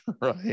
right